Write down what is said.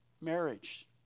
marriage